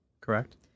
correct